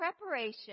preparation